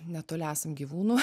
netoli esam gyvūnų